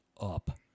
up